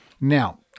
Now